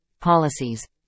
policies